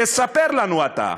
תספר לנו אתה,